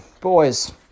boys